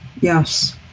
Yes